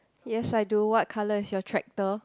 yes I do what colour is your tractor